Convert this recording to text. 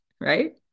right